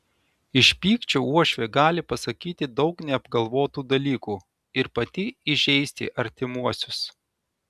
iš pykčio uošvė gali pasakyti daug neapgalvotų dalykų ir pati įžeisti artimuosius